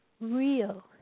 real